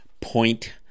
point